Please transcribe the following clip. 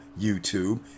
youtube